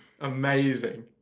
Amazing